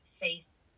face